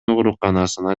ооруканасына